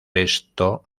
esto